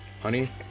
Honey